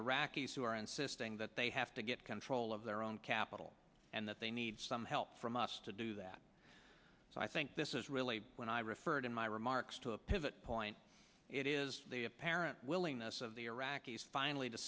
iraqis who are insisting that they have to get control of their own capital and that they need some help from us to do that so i think this is really when i referred in my remarks to a pivot point it is the apparent willingness of the iraqis finally to